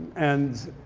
and